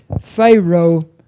Pharaoh